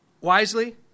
wisely